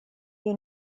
you